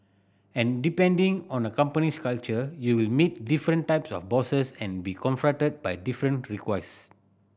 and depending on a company's culture you will meet different types of bosses and be confronted by different request